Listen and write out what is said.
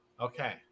Okay